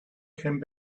came